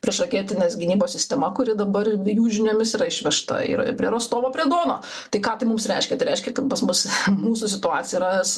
priešraketinės gynybos sistema kuri dabar be jų žiniomis yra išvežta ir prie rostovo prie dono tai ką tai mums reiškia tai reiškia kad pas mus mūsų situacija yra